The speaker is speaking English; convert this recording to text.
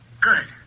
Good